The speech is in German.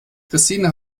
christine